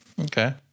Okay